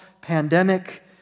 pandemic